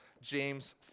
James